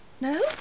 No